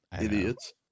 idiots